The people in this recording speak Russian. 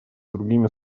другими